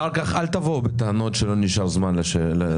אחר כך אל תבואו בטענות שלא נשאר זמן לתשובות.